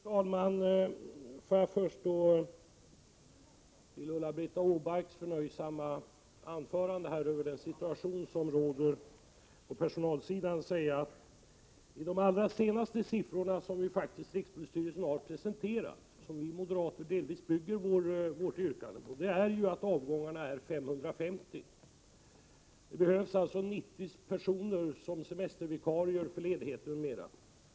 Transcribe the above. Fru talman! Får jag först beträffande Ulla-Britt Åbarks förnöjsamma anförande över den situation som råder på personalsidan säga att avgångarna enligt de allra senaste siffror som rikspolisstyrelsen faktiskt har presenterat och på vilka vi moderater delvis bygger vårt yrkande ju uppgår till 550. Det behövs också 90 personer som semestervikarier, för ledigheter och annat.